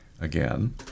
again